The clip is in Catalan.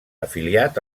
afiliat